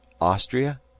Austria